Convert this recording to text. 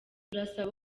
turasaba